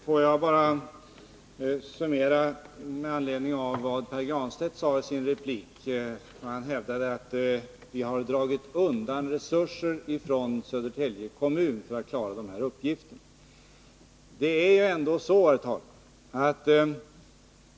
Herr talman! Pär Granstedt hävdade i sin replik att vi har dragit undan resurser som Södertälje kommun behöver för att klara de här uppgifterna.